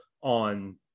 on